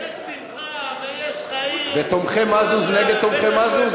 יש שמחה ויש חיים --- בית-השואבה --- זה תומכי מזוז נגד תומכי מזוז?